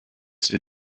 ses